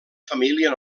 família